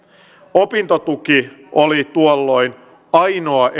opintotuki oli tuolloin ainoa